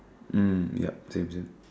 mm yup same same